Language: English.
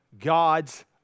God's